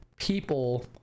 people